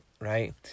right